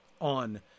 on